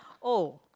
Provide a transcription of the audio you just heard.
oh